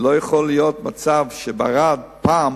לא יכול להיות מצב, בערד פעם